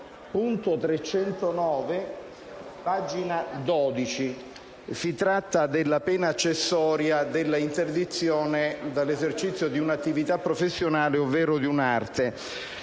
1.309. Si tratta della pena accessoria dell'interdizione dall'esercizio di un'attività professionale ovvero di un'arte.